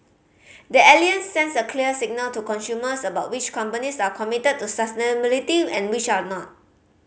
the Alliance sends a clear signal to consumers about which companies are committed to sustainability and which are not